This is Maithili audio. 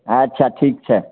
अच्छा ठीक छै